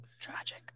Tragic